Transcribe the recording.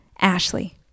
Ashley